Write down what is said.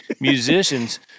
musicians